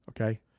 Okay